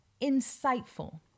insightful